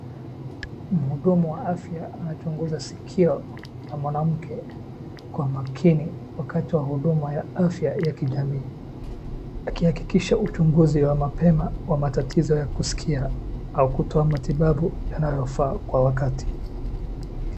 Mhudumu wa afya ananchunguza sikio la mwanamke kwa makini wakati wa huduma ya afya ya kijamii. Akihakikisha uchunguzi wa mapema wa matatizo ya kuskia au kutoa matibabu yanayofaa kwa wakati.